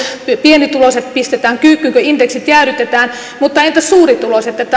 pienituloiset pistetään kyykkyyn kun indeksit jäädytetään mutta entäs suurituloiset